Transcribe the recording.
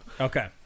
Okay